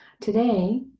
Today